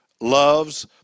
loves